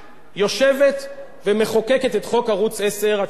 הציבור בבית מקבל או השבתות מסך עם שקופיות: